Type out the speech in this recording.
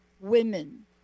women